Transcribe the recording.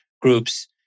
groups